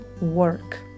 work